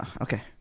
Okay